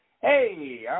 Hey